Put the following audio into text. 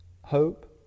hope